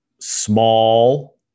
small